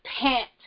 pant